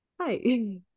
hi